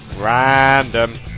Random